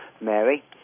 Mary